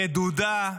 רדודה.